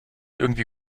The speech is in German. irgendwie